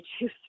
choose